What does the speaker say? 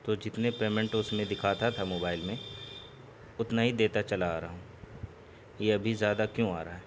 تو جتنے پیمنٹ اس میں دکھاتا تھا موبائل میں اتنا ہی دیتا چلا آ رہا ہوں یہ ابھی زیادہ کیوں آ رہا ہے